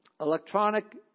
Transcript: electronic